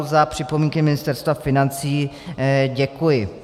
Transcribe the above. Za připomínky Ministerstva financí děkuji.